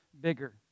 bigger